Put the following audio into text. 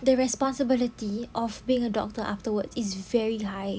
the responsibility of being a doctor afterwards is very high